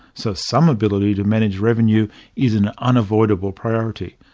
so some ability to manage revenue is an unavoidable priority.